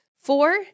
Four